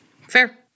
Fair